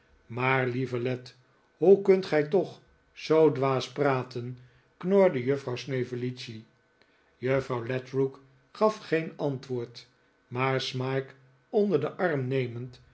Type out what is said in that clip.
maar lieve led hoe kunt gij toch zoo dwaas praten knorde juffrouw snevellicci juffrouw ledrook gaf geen antwoord maar smike onder den arm nemend